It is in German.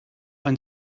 ein